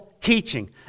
teaching